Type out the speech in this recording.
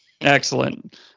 Excellent